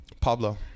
Pablo